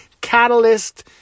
catalyst